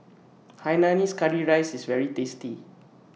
Hainanese Curry rices IS very tasty